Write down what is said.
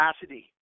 capacity